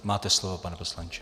Máte slovo, pane poslanče.